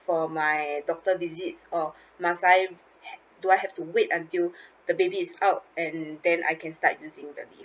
for my doctor visit or must I ha~ do I have to wait until the baby is out and then I can start using the leave